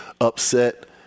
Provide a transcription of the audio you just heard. upset